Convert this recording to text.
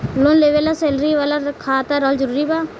Loan लेवे ला salary वाला खाता रहल जरूरी बा?